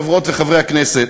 חברות וחברי הכנסת,